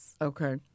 Okay